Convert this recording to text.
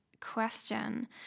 question